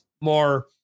more